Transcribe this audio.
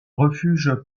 refuge